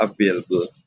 available